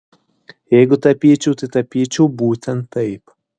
jeigu tapyčiau tai tapyčiau būtent taip